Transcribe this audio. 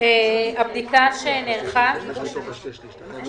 רמת השרון